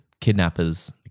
kidnappers